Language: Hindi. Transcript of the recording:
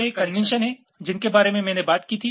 ये वे कंवेंसन् हैं जिनके बारे में मैंने बात की थी